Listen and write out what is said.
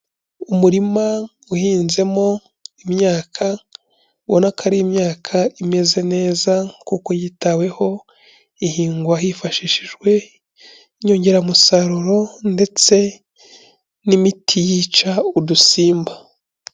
Umurima uhinzemo imyaka, ubona ko ari imyaka imeze neza kuko yitaweho, ihingwa hifashishijwe inyongeramusaruro ndetse n'imiti yica udusimba.